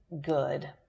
good